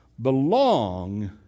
belong